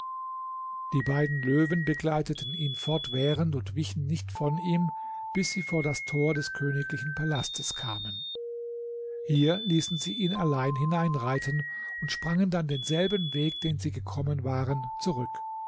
die beiden löwen begleiteten ihn fortwährend und wichen nicht von ihm bis sie vor das tor des königlichen palastes kamen hier ließen sie ihn allein hineinreiten und sprangen dann denselben weg den sie gekommen waren zurück